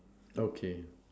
okay